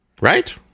Right